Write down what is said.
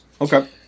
Okay